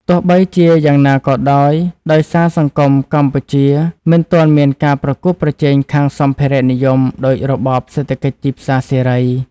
ទោះបីជាយ៉ាងណាក៏ដោយ ដោយសារសង្គមកម្ពុជាមិនទាន់មានការប្រកួតប្រជែងខាងសម្ភារៈនិយមដូចរបបសេដ្ឋកិច្ចទីផ្សារសេរី។